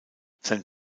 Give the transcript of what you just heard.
sein